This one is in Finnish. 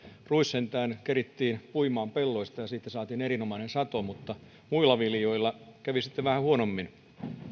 ruis sentään kerettiin puimaan pelloista ja siitä saatiin erinomainen sato mutta muille viljoille kävi sitten vähän huonommin